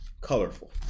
colorful